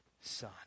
son